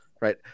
right